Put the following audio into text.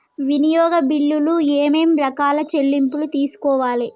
వినియోగ బిల్లులు ఏమేం రకాల చెల్లింపులు తీసుకోవచ్చు?